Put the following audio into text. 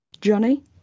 Johnny